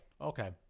Okay